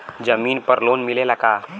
जमीन पर लोन मिलेला का?